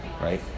right